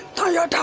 kill your